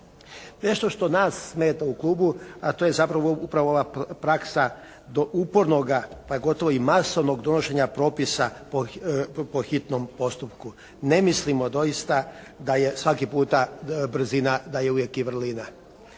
Nešto što nas smeta u klubu, a to je zapravo upravo ova praksa upornoga pa gotovo i masovnog donošenja propisa po hitnom postupku. Ne mislimo doista da je svaki puta brzina da je uvijek i vrlina.